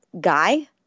guy